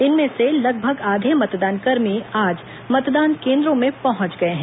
इनमें से लगभग आधे मतदान कर्मी आज मतदान केंद्रों में पहुंच गए हैं